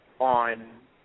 on